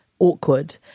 Awkward